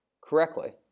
correctly